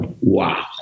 wow